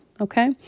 Okay